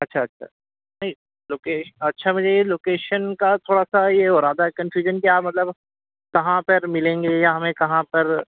اچھا اچھا نہیں لوکیش اچھا مجھے یہ لوکیشن کا تھوڑا سا یہ ہو رہا تھا کہ کنفیوژن کہ آپ مطلب کہاں پر ملیں گے یا ہمیں کہاں پر